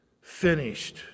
finished